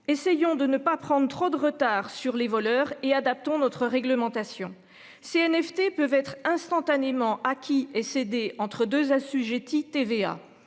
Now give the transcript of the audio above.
Essayons de ne pas prendre trop de retard sur les voleurs et adaptons notre réglementation c'est NFT peuvent être instantanément acquis et cédés entre 2 assujettis TVA